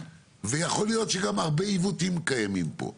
ויכול להיות שגם הרבה עיוותים קיימים פה,